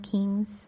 Kings